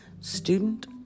student